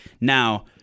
Now